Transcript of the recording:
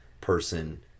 person